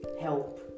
help